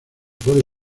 puede